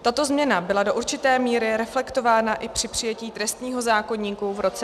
Tato změna byla do určité míry reflektována i při přijetí trestního zákoníku v roce 2009.